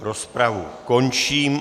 Rozpravu končím.